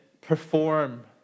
perform